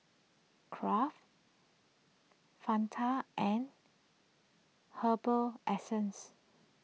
Kraft Fanta and Herbal Essences